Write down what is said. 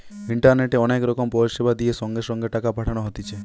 ইন্টারনেটে অনেক রকম পরিষেবা দিয়ে সঙ্গে সঙ্গে টাকা পাঠানো হতিছে